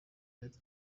leta